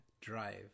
drive